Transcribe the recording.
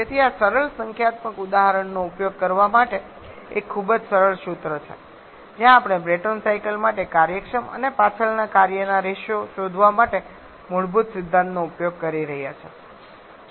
તેથી આ સરળ સંખ્યાત્મક ઉદાહરણનો ઉપયોગ કરવા માટે એક ખૂબ જ સરળ સૂત્ર છે જ્યાં આપણે બ્રેટોન સાયકલ માટે કાર્યક્ષમ અને પાછળના કાર્યનો રેશિયો શોધવા માટે મૂળભૂત સિદ્ધાંતોનો ઉપયોગ કરી રહ્યા છીએ